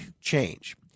change